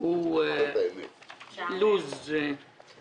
הוא דליל אז